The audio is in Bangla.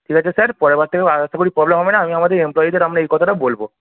ঠিক আছে স্যার পরেরবার থেকে আশা করি প্রবলেম হবে না আমি আমাদের এমপ্লইদের আমরা এই কথাটা বলবো